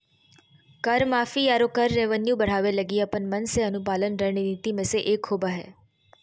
कर माफी, आरो कर रेवेन्यू बढ़ावे लगी अपन मन से अनुपालन रणनीति मे से एक होबा हय